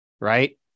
right